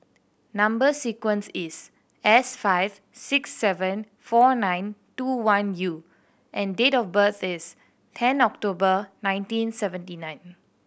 number sequence is S five six seven four nine two one U and date of birth is ten October nineteen seventy nine